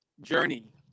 journey